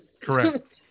correct